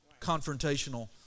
confrontational